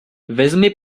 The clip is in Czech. vezmi